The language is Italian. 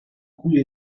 cui